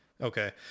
Okay